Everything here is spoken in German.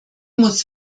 muss